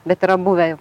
bet yra buvę